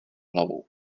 hlavou